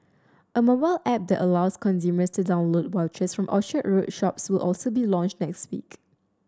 a mobile app that allows consumers to download vouchers from Orchard Road shops will also be launched next week